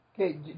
Okay